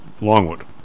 Longwood